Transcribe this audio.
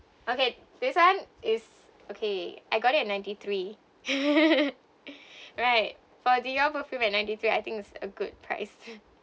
okay this one is okay I got it ninety three right for Dior perfume at ninety three I think it's a good price